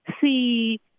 see